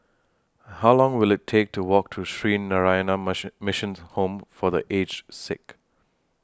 How Long Will IT Take to Walk to Sree Narayana Mission Mission's Home For The Aged Sick